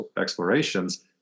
explorations